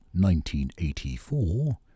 1984